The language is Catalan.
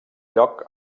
lloc